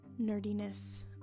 nerdiness